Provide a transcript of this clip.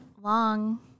long